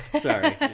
Sorry